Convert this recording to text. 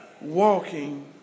Walking